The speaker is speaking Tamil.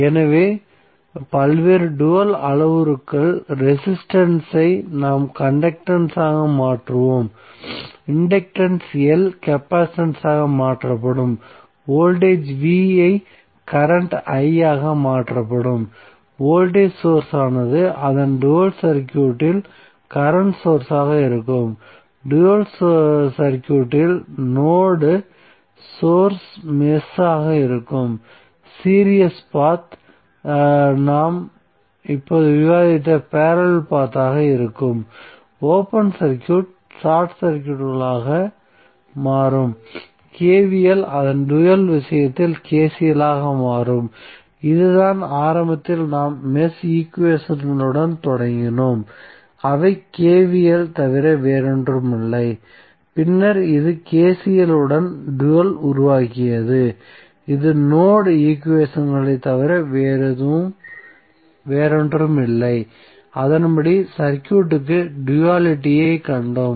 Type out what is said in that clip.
எனவே பல்வேறு டூயல் அளவுருக்கள் ரெசிஸ்டன்ஸ் ஐ நாம் கண்டக்டன்ஸ் ஆக மாற்றுவோம் இண்டக்டன்ஸ் L கேப்பாசிட்டன்ஸ் ஆக மாற்றப்படும் வோல்டேஜ் V ஐ கரண்ட் I ஆக மாற்றப்படும் வோல்டேஜ் சோர்ஸ் ஆனது அதன் டூயல் சர்க்யூட் இல் கரண்ட் சோர்ஸ் ஆக இருக்கும் டூயல் சர்க்யூட்டில் நோட் சோர்ஸ் மெஷ் ஆக இருக்கும் சீரிஸ் பாத் நாம் இப்போது விவாதித்த பேரலல் பாத்தாக இருக்கும் ஓபன் சர்க்யூட் ஷார்ட் சர்க்யூட்களாக மாறும் KVL அதன் டூயல் விஷயத்தில் KCL ஆக இருக்கும் இதுதான் ஆரம்பத்தில் நாம் மெஷ் ஈக்குவேஷன்களுடன் தொடங்கினோம் அவை KVL தவிர வேறொன்றுமில்லை பின்னர் இது KCL உதவியுடன் டூயல் உருவாக்கியது இது நோட் ஈக்குவேஷன்களைத் தவிர வேறொன்றுமில்லை அதன்படி சர்க்யூட்க்கு டுயலிட்டியை கண்டோம்